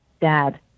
dad